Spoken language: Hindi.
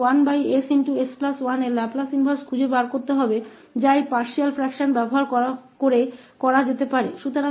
इसलिए हमें 1ss1 का लाप्लास प्रतिलोम ज्ञात करना है जो इस आंशिक भिन्न का उपयोग करके किया जा सकता है